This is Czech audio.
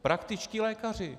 Praktičtí lékaři.